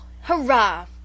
Hurrah